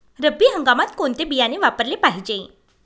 रब्बी हंगामात कोणते बियाणे वापरले पाहिजे?